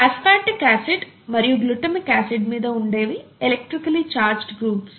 aspartic acid మరియు glutamic acid మీద ఉండేవి ఎలెక్ట్రికల్లి ఛార్జ్డ్ గ్రూప్స్